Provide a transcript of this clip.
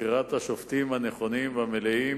בבחירת השופטים הנכונים והמלאים